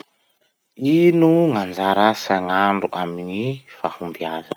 Ino gn'anjara asa gn'andro amy gny fahombiaza?